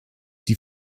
die